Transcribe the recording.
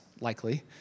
likely